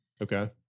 okay